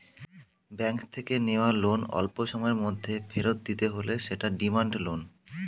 bank থেকে নেওয়া loan অল্পসময়ের মধ্যে ফেরত দিতে হলে সেটা ডিমান্ড লোন